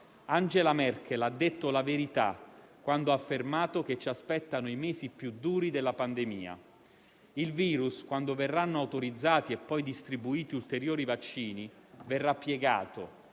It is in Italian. Angela Merkel ha detto la verità quando ha affermato che ci aspettano i mesi più duri della pandemia. Il virus, quando verranno autorizzati e poi distribuiti ulteriori vaccini, verrà piegato,